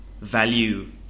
value